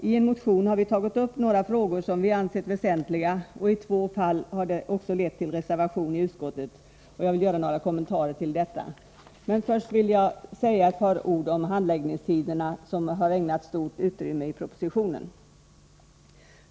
I en motion har vi tagit upp några frågor som vi ansett väsentliga, och i två fall har det också lett till reservation i utskottet. Jag vill göra några kommentarer till dessa, men först vill jag säga några ord om handläggningstiderna, som har ägnats ett stort utrymme i propositionen.